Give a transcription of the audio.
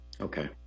Okay